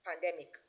pandemic